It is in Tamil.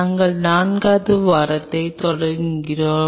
நாங்கள் 4 வது வாரத்தைத் தொடங்குகிறோம்